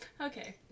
Okay